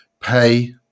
pay